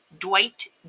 Dwight